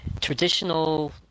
traditional